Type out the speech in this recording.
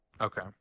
Okay